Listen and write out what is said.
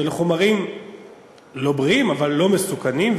שאלה חומרים לא בריאים אבל לא מסוכנים,